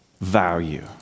value